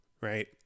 right